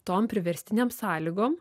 tom priverstinėm sąlygom